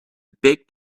big